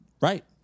Right